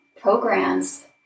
programs